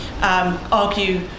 argue